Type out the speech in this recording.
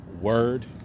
word